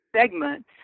segment